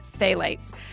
phthalates